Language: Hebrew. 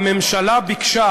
הממשלה ביקשה